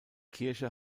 kirche